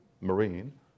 marine